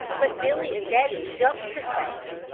but billy and betty jumped the space.